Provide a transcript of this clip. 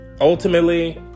ultimately